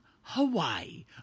Hawaii